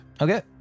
Okay